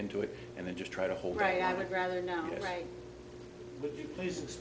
into it and then just try to hold right i would rather know pl